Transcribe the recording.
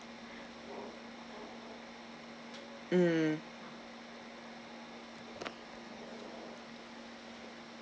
mm